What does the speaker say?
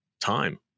time